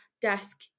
desk